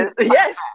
yes